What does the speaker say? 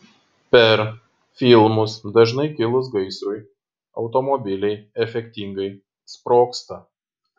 per filmus dažnai kilus gaisrui automobiliai efektingai sprogsta